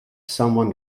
someone